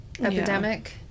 epidemic